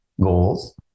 goals